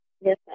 Yes